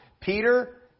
Peter